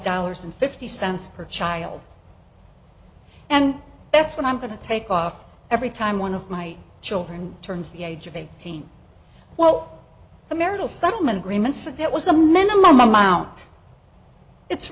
dollars and fifty cents per child and that's what i'm going to take off every time one of my children turns the age of eighteen well the marital settlement agreements that there was a minimum